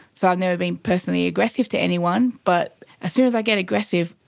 so i've never been personally aggressive to anyone but as soon as i get aggressive,